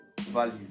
value